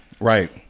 Right